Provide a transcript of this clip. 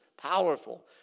Powerful